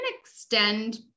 extend